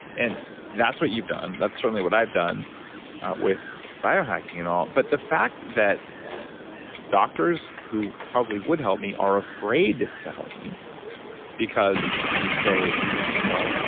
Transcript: and that's what you've done, that's certainly what i've done with biohacking and all. but the fact that doctors who probably would help me are afraid to help me because they they say well,